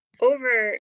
over